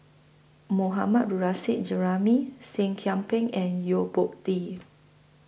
Mohammad Nurrasyid Juraimi Seah Kian Peng and Yo Po Tee